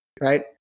right